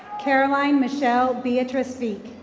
caroline michelle beatrice thick.